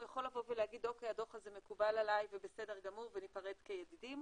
הוא יכול להגיד שהדוח מקובל עליו ובסדר גמור וניפרד כידידים,